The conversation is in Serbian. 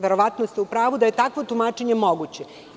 Verovatno ste u pravu da je takvo tumačenje moguće.